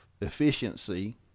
efficiency